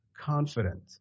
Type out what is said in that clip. confident